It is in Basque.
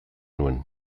nuen